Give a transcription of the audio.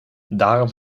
daarom